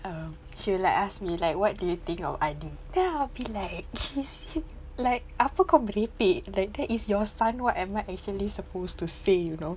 um she like ask me like what do you think of Adi then I'll be like like apa kau merepek like that is your son what am I actually supposed to say you know